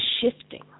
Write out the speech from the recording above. shifting